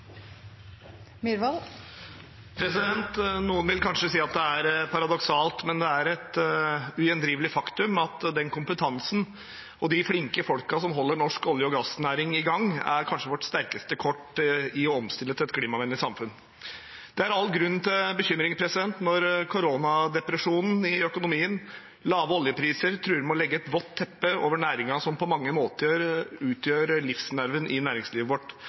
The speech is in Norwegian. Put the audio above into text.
Noen vil kanskje si det er paradoksalt, men det er et ugjendrivelig faktum at den kompetansen og de flinke folkene som holder norsk olje- og gassnæring i gang, kanskje er vårt sterkeste kort i omstillingen til et klimavennlig samfunn. Det er all grunn til bekymring når koronadepresjonen i økonomien og lave oljepriser truer med å legge et vått teppe over næringen som på mange måter utgjør livsnerven i næringslivet vårt